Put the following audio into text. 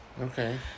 okay